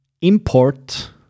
import